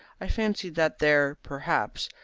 i fancy that there, perhaps,